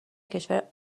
کشور